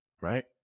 right